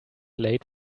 late